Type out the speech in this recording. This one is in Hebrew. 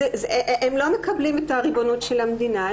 הם לא מקבלים את הריבונות של המדינה.